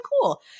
cool